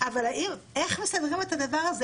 אבל איך מסדרים את הדבר הזה?